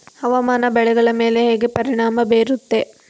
ಹವಾಮಾನ ಬೆಳೆಗಳ ಮೇಲೆ ಹೇಗೆ ಪರಿಣಾಮ ಬೇರುತ್ತೆ?